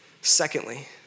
Secondly